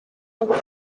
looked